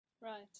Right